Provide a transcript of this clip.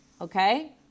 okay